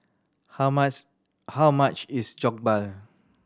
how mass how much is Jokbal